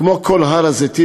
כמו כל הר-הזיתים,